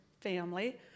family